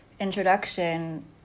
introduction